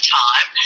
time